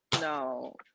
No